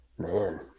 Man